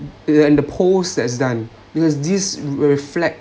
in the poll as done because this will reflect